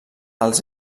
als